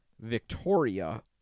Victoria